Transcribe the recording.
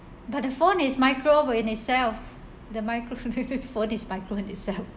but the phone is micro in itself the micro~ the phone is micro in itself